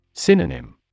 Synonym